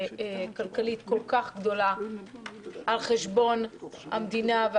כלכלית כל כך גדולה על חשבון המדינה.